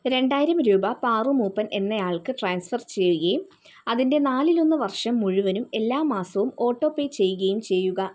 രണ്ടായിരം രൂപ പാറു മൂപ്പൻ എന്നയാൾക്ക് ട്രാൻസ്ഫർ ചെയ്യുകയും അതിൻ്റെ നാലിലൊന്ന് വർഷം മുഴുവനും എല്ലാ മാസവും ഓട്ടോ പേ ചെയ്യുകയും ചെയ്യുക